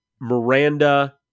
Miranda